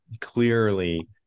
clearly